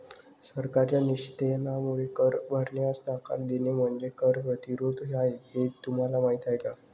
सरकारच्या निषेधामुळे कर भरण्यास नकार देणे म्हणजे कर प्रतिरोध आहे हे तुम्हाला माहीत आहे का